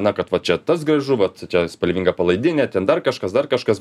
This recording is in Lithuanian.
na kad va čia tas gražu vat čia spalvinga palaidinė ten dar kažkas dar kažkas